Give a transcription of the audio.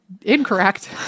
incorrect